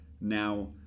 Now